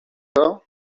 her